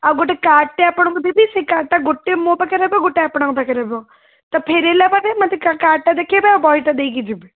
ଆଉ ଗୋଟେ କାର୍ଡ଼୍ଟେ ଆପଣଙ୍କୁ ଦେବି ସେହି କାର୍ଡ଼୍ଟା ଗୋଟେ ମୋ ପାଖରେ ରହିବ ଆଉ ଗୋଟେ ଆପଣଙ୍କ ପାଖରେ ରହିବ ତ ଫେରାଇଲା ପରେ ମୋତେ କା କାର୍ଡ଼୍ଟା ଦେଖାଇବେ ଆଉ ବହିଟା ଦେଇକି ଯିବେ